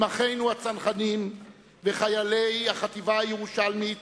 עם אחינו הצנחנים וחיילי החטיבה הירושלמית